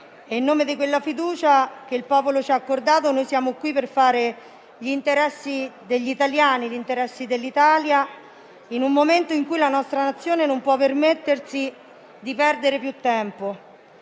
In nome di quella fiducia che il popolo ci ha accordato, noi siamo qui per fare gli interessi degli italiani e gli interessi dell'Italia, in un momento in cui la nostra Nazione non può permettersi di perdere più tempo,